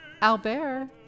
Albert